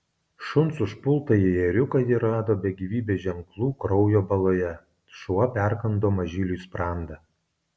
šuns užpultąjį ėriuką ji rado be gyvybės ženklų kraujo baloje šuo perkando mažyliui sprandą